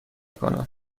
کنم